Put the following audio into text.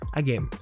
again